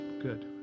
good